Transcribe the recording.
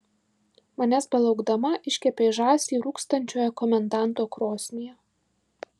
manęs belaukdama iškepei žąsį rūkstančioje komendanto krosnyje